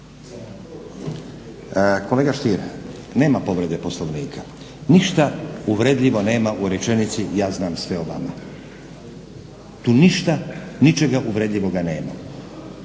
Kolega Stier, nema povrede Poslovnika, ništa nema uvredljivo u rečenici: "Ja znam sve o vama." Tu ništa, ničega uvredljivoga nema,